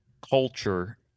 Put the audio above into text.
culture